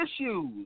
issues